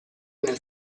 nel